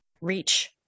reach